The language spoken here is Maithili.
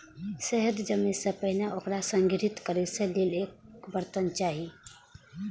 शहद जमै सं पहिने ओकरा संग्रहीत करै लेल एकटा बर्तन चाही